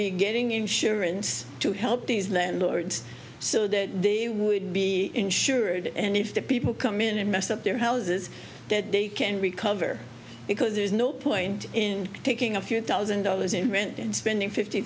be getting insurance to help these landlords so that they would be insured and if the people come in and mess up their houses that they can recover because there's no point in taking a few thousand dollars in rent and spending fifty